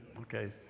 Okay